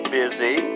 busy